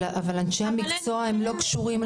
אבל אנשי המקצוע לא קשורים